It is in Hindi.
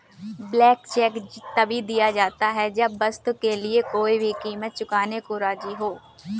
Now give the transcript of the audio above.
ब्लैंक चेक तभी दिया जाता है जब वस्तु के लिए कोई भी कीमत चुकाने को राज़ी हो